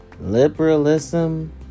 liberalism